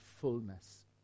fullness